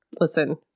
listen